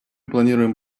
планируем